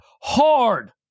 Hard